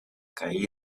caí